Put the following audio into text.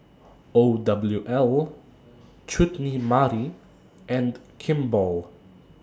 O W L Chutney Mary and Kimball